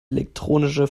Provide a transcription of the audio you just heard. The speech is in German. elektronische